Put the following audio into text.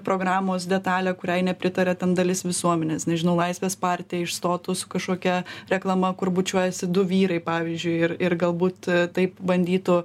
programos detalė kuriai nepritaria ten dalis visuomenės nežinau laisvės partija išstotų su kažkokia reklama kur bučiuojasi du vyrai pavyzdžiui ir ir galbūt taip bandytų